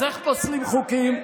אז איך פוסלים חוקים?